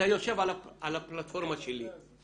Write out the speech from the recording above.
על הפלטפורמה שלי.